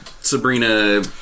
Sabrina